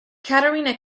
katerina